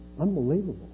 Unbelievable